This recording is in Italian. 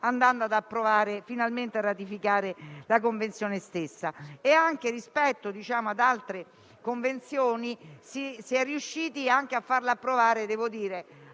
andando ad approvare finalmente e a ratificare la Convenzione stessa. Rispetto ad altre convenzioni si è riusciti a farla approvare abbastanza